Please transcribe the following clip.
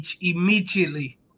immediately